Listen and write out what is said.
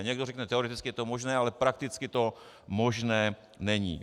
Někdo řekne, teoreticky je to možné, ale prakticky to možné není.